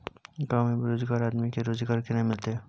गांव में बेरोजगार आदमी के रोजगार केना मिलते?